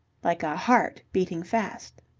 like a heart beating fast.